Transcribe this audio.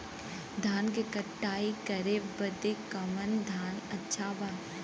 धान क कटाई करे बदे कवन साधन अच्छा बा?